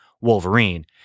Wolverine